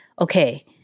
okay